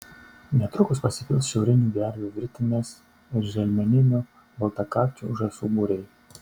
netrukus pasipils šiaurinių gervių virtinės ir želmeninių baltakakčių žąsų būriai